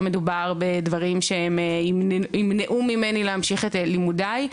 לא מדובר בדברים שימנעו ממני להמשיך את לימודיי,